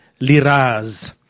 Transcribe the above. Liraz